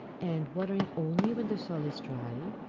and watering only when the soil is dry,